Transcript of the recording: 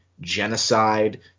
genocide